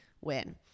win